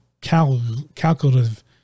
calculative